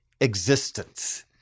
existence